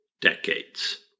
decades